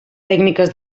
tècniques